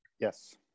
Yes